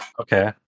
Okay